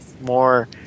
more